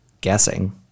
guessing